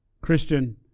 Christian